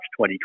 2020